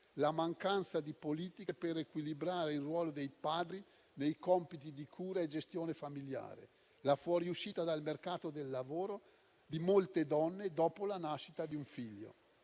mancanza di politiche per equilibrare il ruolo dei padri nei compiti di cura e gestione familiare; nella fuoriuscita dal mercato del lavoro di molte donne dopo la nascita di un figlio.